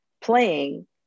playing